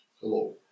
Hello